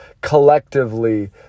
collectively